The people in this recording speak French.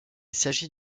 s’agit